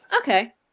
okay